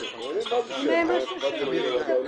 הקודם,